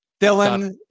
Dylan